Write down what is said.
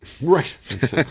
Right